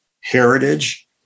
heritage